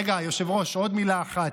רגע, היושב-ראש, עוד מילה אחת: